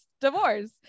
divorce